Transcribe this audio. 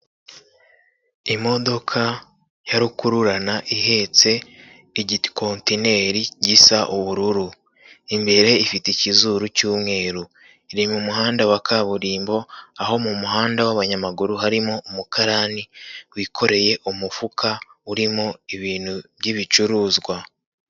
Imodoka ya rukururana ihetse igikontineri gisa ubururu, imbere ifite ikizuru cy'umweru, iri mu muhanda wa kaburimbo aho mu muhanda w'abanyamaguru harimo umukarani wikoreye umufuka urimo ibintu by'ibicuruzwa.